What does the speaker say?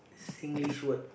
Singlish word